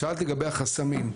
שאלת לגבי החסמים,